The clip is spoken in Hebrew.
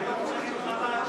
של מלחמה,